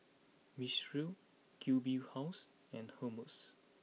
Mistral Q B House and Hermes